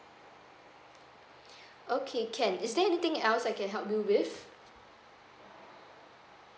okay can is there anything else I can help you with